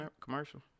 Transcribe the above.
commercial